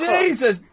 Jesus